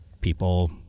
people